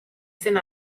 zen